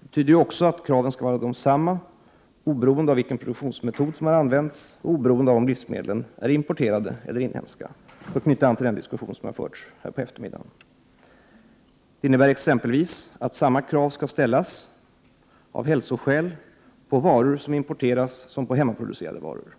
Det betyder också att kraven skall vara desamma oberoende av vilken produktionsmetod som har använts och oberoende av om livsmedlen är importerade eller inhemska, för att knyta an till den diskussion som har förts här på eftermiddagen. Det innebär exempelvis att samma krav, av hälsoskäl, skall ställas på varor som är importerade som på hemmaproducerade varor.